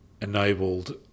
enabled